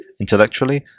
intellectually